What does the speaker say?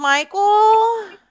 Michael